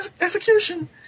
execution